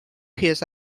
his